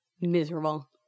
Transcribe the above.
miserable